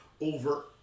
over